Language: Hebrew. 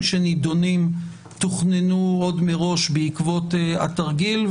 שנידונים תוכננו עוד מראש בעקבות התרגיל.